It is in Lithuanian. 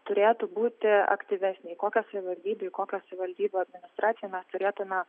turėtų būti aktyvesnė į kokią savivaldybę į kokią savivaldybę pradžioj mes turėtume